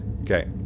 Okay